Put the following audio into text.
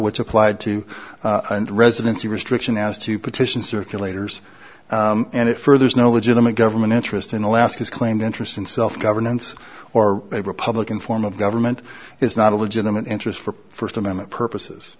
which applied to residency restriction as to petition circulators and it furthers no legitimate government interest in alaska's claimed interest in self governance or a republican form of government is not a legitimate interest for first amendment purposes